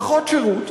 פחות שירות,